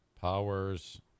Powers